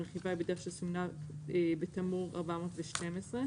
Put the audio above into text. הרכיבה היא בדרך שסומנה בתמרור 412,